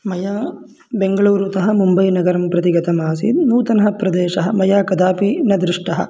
मया बेङ्गळूरुतः मुम्बैनगरं प्रति गतमासीत् नूतनः प्रदेशः मया कदापि न दृष्टः